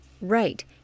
Right